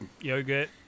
Yogurt